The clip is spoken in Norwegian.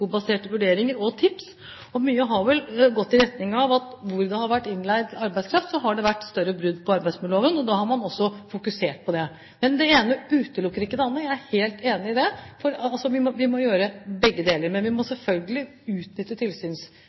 vurderinger og tips. Mye har vel gått i retning av at der hvor det har vært innleid arbeidskraft, har det vært større brudd på arbeidsmiljøloven. Da har man også fokusert på det. Men det ene utelukker ikke det andre. Jeg er helt enig i det, for vi må gjøre begge deler. Vi må selvfølgelig utnytte